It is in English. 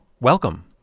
Welcome